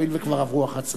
הואיל וכבר עברו 11 דקות,